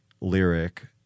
lyric